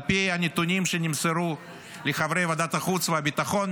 על פי הנתונים שנמסרו לחברי ועדת החוץ והביטחון,